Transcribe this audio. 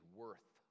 worth